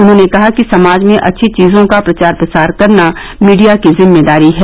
उन्होंने कहा कि समाज में अच्छी चीजों का प्रचार प्रसार करना मीडिया की जिम्मेदारी है